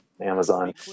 Amazon